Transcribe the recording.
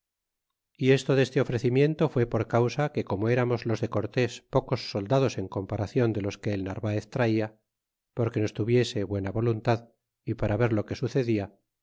y esto deste ofrecimiento fué por causa que como erarnos los de cortés pocos soldados en comparacion de los que el narvaez traia porque nos tuviese buena voluntad y para ver lo que sucedia